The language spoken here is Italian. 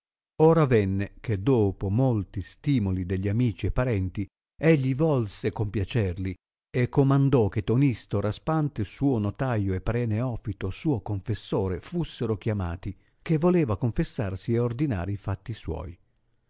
or avenne che dopo molti stimoli degli amici e parenti egli volse compiacerli e comandò che tonisto raspante suo notaio e pre neofito suo confessore fussero chiamati che voleva confessarsi e ordinare i fatti suoi